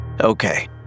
Okay